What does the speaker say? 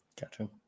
Gotcha